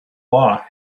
law